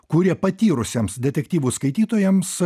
kurie patyrusiems detektyvų skaitytojams